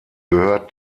gehört